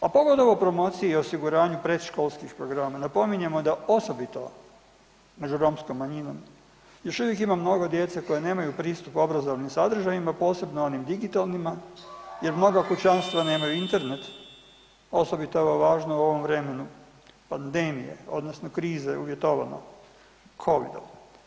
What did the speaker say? A ... promociji i osiguranju predškolskih programa, napominjemo da osobito među romskom manjinom još uvijek ima mnogo djece koji nemaju pristup obrazovnim sadržajima, posebno onim digitalnima, jer mnoga kućanstva nemaju internet, osobito je ovo važno u ovom vremenu pandemije, odnosno krize uvjetovano Covidom.